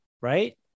right